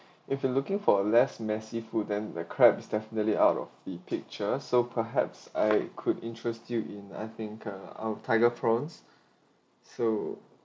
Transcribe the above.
if you're looking for a less massive food then the crab is definitely out of the picture so perhaps I could interest you in I think uh our tiger prawns so